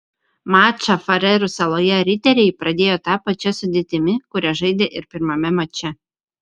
mačą farerų saloje riteriai pradėjo ta pačia sudėtimi kuria žaidė ir pirmame mače